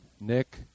Nick